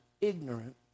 ignorant